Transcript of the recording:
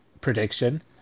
prediction